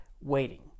waiting